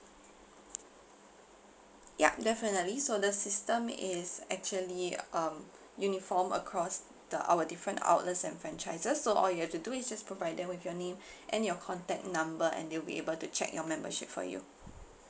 ya definitely so the system is actually um uniform across the our different outlets and franchises so all you have to do is just provide them with your name and your contact number and they'll be able to check your membership for you